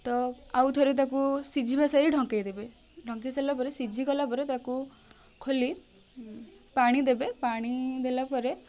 ତ ଆଉ ଥରେ ତାକୁ ସିଝିବା ସାରି ଢଙ୍କାଇ ଦେବେ ଢଙ୍କାଇ ସାରିଲା ପରେ ସିଝିଗଲା ପରେ ତାକୁ ଖୋଲି ପାଣି ଦେବେ ପାଣି ଦେଲା ପରେ